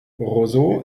roseau